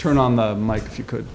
turn on the mike if you could